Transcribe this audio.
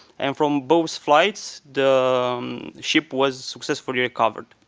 and from both flights, the um ship was successfully recovered.